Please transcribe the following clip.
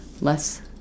Less